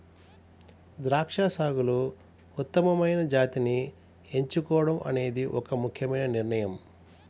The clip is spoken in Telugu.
ద్రాక్ష సాగులో ఉత్తమమైన జాతిని ఎంచుకోవడం అనేది ఒక ముఖ్యమైన నిర్ణయం